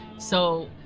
so